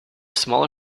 smaller